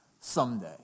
someday